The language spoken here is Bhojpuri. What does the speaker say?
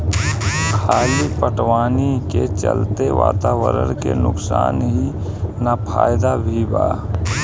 खली पटवनी के चलते वातावरण के नुकसान ही ना फायदा भी बा